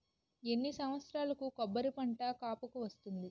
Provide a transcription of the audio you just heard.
ఎన్ని సంవత్సరాలకు కొబ్బరి పంట కాపుకి వస్తుంది?